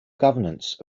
governance